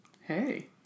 Hey